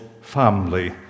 family